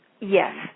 Yes